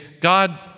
God